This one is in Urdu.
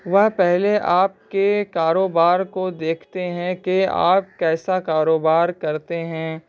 وہ پہلے آپ کے کاروبار کو دیکھتے ہیں کہ آپ کیسا کاروبار کرتے ہیں